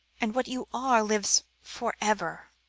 and what you are lives for ever,